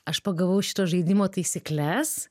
aš pagavau šito žaidimo taisykles